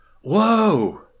Whoa